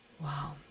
Wow